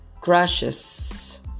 crashes